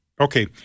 okay